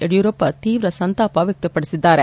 ಯಡಿಯೂರಪ್ಪ ತೀವ್ರ ಸಂತಾಪ ವ್ಯಕ್ತಪಡಿಸಿದ್ದಾರೆ